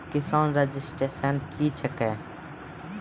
किसान रजिस्ट्रेशन क्या हैं?